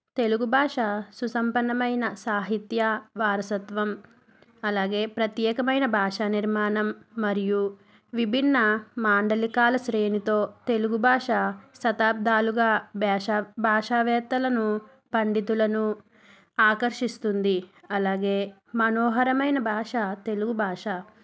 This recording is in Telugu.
తెలుగు భాష సుసంపన్నమైన సాహిత్య వారసత్వం అలాగే ప్రత్యేకమైన భాష నిర్మాణం మరియు విభిన్న మాండలికాల శ్రేణితో తెలుగు భాష శతాబ్దాలుగా బేషా భాషా వేత్తలను పండితులను ఆకర్షిస్తుంది అలాగే మనోహరమైన భాష తెలుగు భాష